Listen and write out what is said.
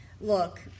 look